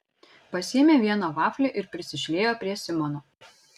pasiėmė vieną vaflį ir prisišliejo prie simono